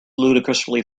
ludicrously